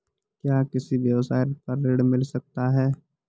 क्या किसी व्यवसाय पर ऋण मिल सकता है?